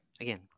Again